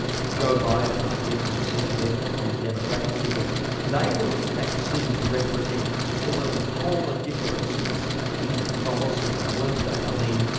joe biden i guess on the centre-left on the democratic ticket they were in fact seen to represent almost polar differences in catholicism weren't they? i um mean,